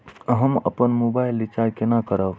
हम अपन mobile recharge केना करब?